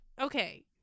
Okay